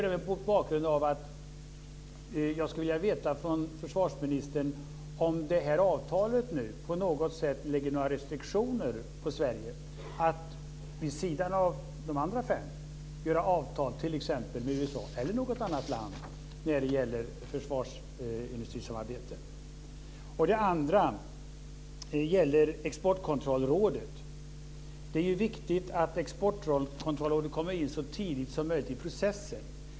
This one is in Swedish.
Sverige att vid sidan av de andra fem länderna sluta avtal med t.ex. USA eller något annat land när det gäller försvarsindustrisamarbete. Det andra gäller Exportkontrollrådet. Det är viktigt att Exportkontrollrådet kommer in så tidigt som möjligt i processen.